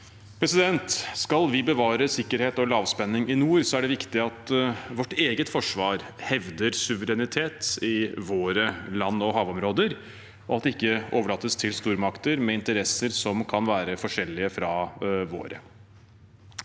Sjøheimevernet. Skal vi bevare sikkerhet og lavspenning i nord, er det viktig at vårt eget forsvar hevder suverenitet i våre landog havområder, og at det ikke overlates til stormakter med interesser som kan være forskjellige fra våre.